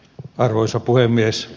arvoisa puhemies